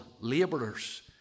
laborers